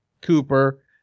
Cooper